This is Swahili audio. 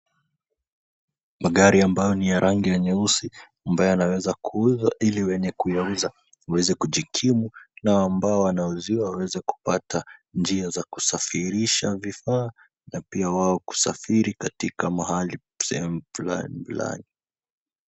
Magari ambayo ni ya rangi ya nyeusi, ambayo yanaweza kuuzwa ili wenye kuyauza waweze kujikimu, na ambao wanauziwa waweze kupata njia za kusafirisha vifaa na pia wao kusafiri katika mahali sehemu fulani fulani.